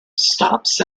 stops